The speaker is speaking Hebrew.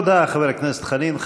תודה, חבר הכנסת חנין.